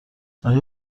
آیا